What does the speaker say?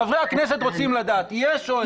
חברי הכנסת רוצים לדעת האם יש או אין.